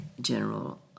general